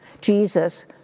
Jesus